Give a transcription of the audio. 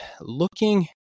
looking